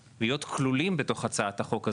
זה לראות את המאבק שלהם היום יומי לאחד את המשפחה מחדש,